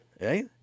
right